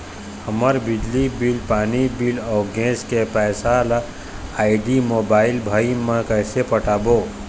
हमर बिजली बिल, पानी बिल, अऊ गैस के पैसा ला आईडी, मोबाइल, भाई मे कइसे पटाबो?